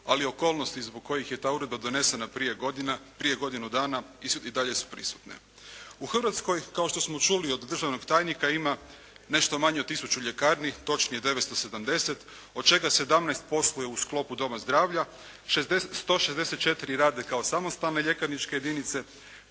ali okolnosti zbog kojih je ta Uredba donesena prije godinu dana i dalje su prisutne. U Hrvatskoj kao što smo čuli od državnog tajnika ima nešto manje od tisuću ljekarni, točnije 970. Od čega 17% je u sklopu doma zdravlja, 164 radnika od samostalne ljekarničke jedinice,